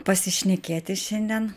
pasišnekėti šiandien